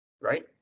Right